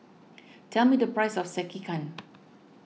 tell me the price of Sekihan